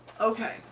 Okay